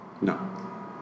No